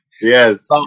yes